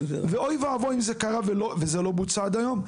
ואוי ואבוי אם זה קרה ולא בוצע עד היום.